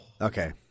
okay